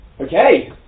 Okay